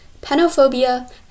Panophobia